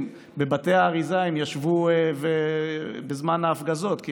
הם ישבו בזמן ההפגזות בבתי האריזה,